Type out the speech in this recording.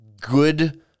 good